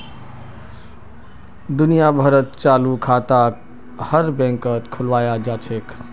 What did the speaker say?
दुनिया भरत चालू खाताक हर बैंकत खुलवाया जा छे